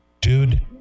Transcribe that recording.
dude